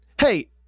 Hey